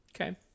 Okay